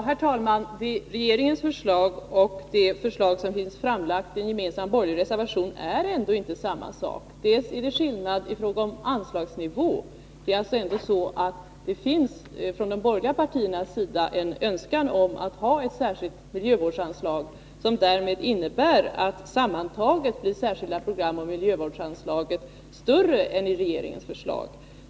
Herr talman! Regeringens förslag och det förslag som finns framlagt i en gemensam borgerlig reservation är ändå inte samma sak. Till att börja med är det skillnad i fråga om anslagsnivån. Det finns hos de borgerliga partierna en önskan om ett särskilt miljövårdsanslag. Det innebär att de särskilda programoch miljövårdsanslagen därmed totalt blir större än enligt regeringens förslag.